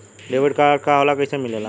Debit card का होला कैसे मिलेला?